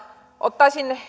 ottaisin